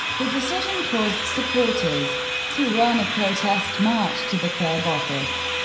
the decision caused supporters to run a protest march to the club office.